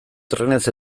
trenez